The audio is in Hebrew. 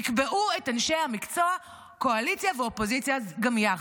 יקבעו את אנשי המקצוע קואליציה ואופוזיציה גם יחד.